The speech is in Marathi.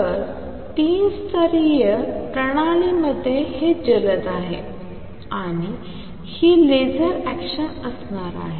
तर तीन स्तरीय प्रणालीमध्ये हे जलद आहे आणि ही लेसर अॅक्शन असणार आहे